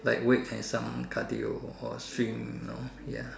light weight and some cardio or swim you know ya